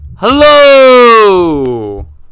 Hello